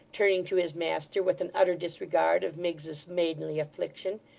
turning to his master, with an utter disregard of miggs's maidenly affliction,